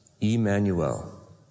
Emmanuel